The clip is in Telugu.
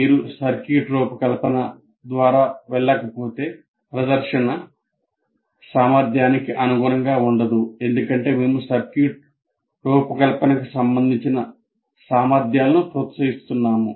మీరు సర్క్యూట్ రూపకల్పన ద్వారా వెళ్ళకపోతే ప్రదర్శన సామర్థ్యానికి అనుగుణంగా ఉండదు ఎందుకంటే మేము సర్క్యూట్ రూపకల్పనకు సంబంధించిన సామర్థ్యాలను ప్రోత్సహిస్తున్నాము